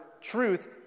truth